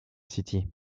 city